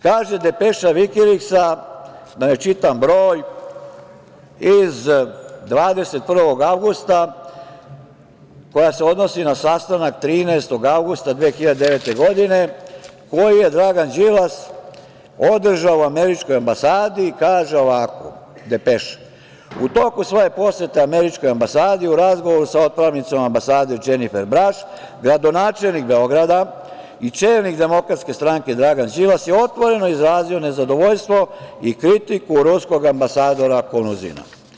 Kaže depeša Vikiliksa, da ne čitam broj, od 21. avgusta, koja se odnosi na sastanak 13. avgusta 2009. godine, koji je Dragan Đilas održao u američkoj ambasadi, kaže ovako depeša: „U toku svoje posete američkoj ambasadi u razgovoru sa otpravnicom ambasade Dženifer Braš gradonačelnik Beograda i čelnik DS Dragan Đilas je otvoreno izrazio nezadovoljstvo i kritiku ruskog ambasadora Konuzina.